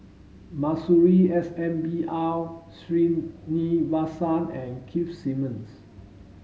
Masuri S N B R Sreenivasan and Keith Simmons